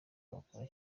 wakora